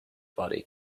body